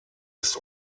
ist